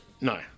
No